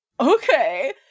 okay